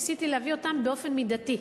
ניסיתי להביא אותם באופן מידתי,